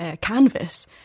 canvas